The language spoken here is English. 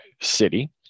city